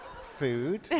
Food